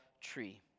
tree